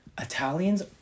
Italians